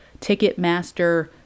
Ticketmaster